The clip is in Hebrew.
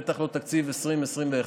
בטח לא תקציב 2021,